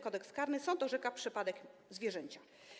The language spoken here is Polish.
Kodeks karny, sąd orzeka przepadek zwierzęcia.